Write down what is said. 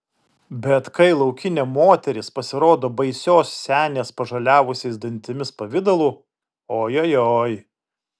bet kai laukinė moteris pasirodo baisios senės pažaliavusiais dantimis pavidalu ojojoi